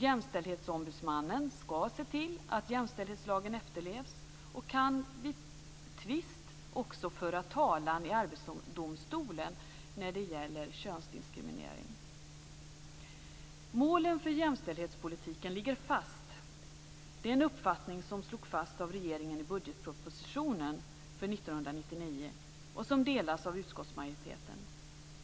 Jämställdhetsombudsmannen skall se till att jämställdhetslagen efterlevs och kan vid tvist också föra talan i Arbetsdomstolen när det gäller könsdiskriminering. Målen för jämställdhetspolitiken ligger fast. Det är en uppfattning som slogs fast av regeringen i budgetpropositionen för 1999 och som delas av utskottsmajoriteten.